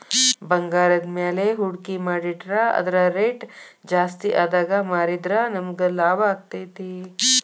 ಭಂಗಾರದ್ಮ್ಯಾಲೆ ಹೂಡ್ಕಿ ಮಾಡಿಟ್ರ ಅದರ್ ರೆಟ್ ಜಾಸ್ತಿಆದಾಗ್ ಮಾರಿದ್ರ ನಮಗ್ ಲಾಭಾಕ್ತೇತಿ